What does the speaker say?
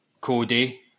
Cody